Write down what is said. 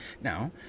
now